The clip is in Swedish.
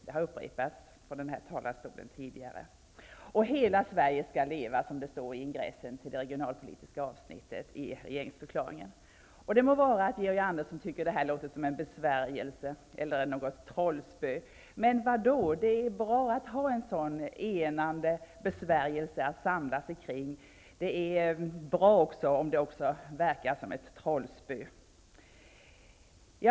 Detta har sagts från talarstolen tidigare. Hela Sverige skall leva, som det står i ingressen till det regionalpolitiska avsnittet i regeringsförklaringen. Det må vara att Georg Andersson tycker att det här låter som en besvärjelse och att det framstår som något slags trollspö. Men vad då? Det är bra att ha en sådan enande besvärjelse att samlas kring. Det är bra också om det verkar som ett trollspö.